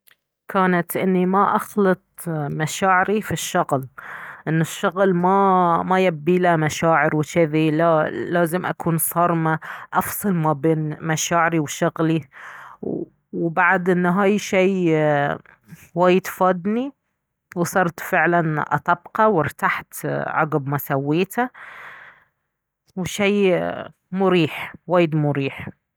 كانت اني ما اخلط مشاعري في الشغل، ان الشغل ما يبيله مشاعر وجذي لا لازم اكون صارمة افصل ما بين مشاعري وشغلي وبعد انه هاي شي وايد فادني وصرت فعلا اطبقه وارتحت عقب ما سويته شي مريح وايد مريح